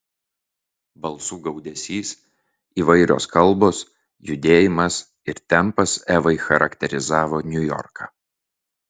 balsų gaudesys įvairios kalbos judėjimas ir tempas evai charakterizavo niujorką